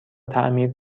تعمیر